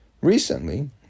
Recently